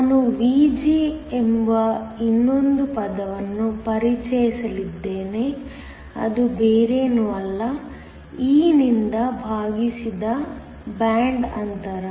ನಾನು Vg ಎಂಬ ಇನ್ನೊಂದು ಪದವನ್ನು ಪರಿಚಯಿಸಲಿದ್ದೇನೆ ಅದು ಬೇರೇನೂ ಅಲ್ಲ e ನಿಂದ ಭಾಗಿಸಿದ ಬ್ಯಾಂಡ್ ಅಂತರ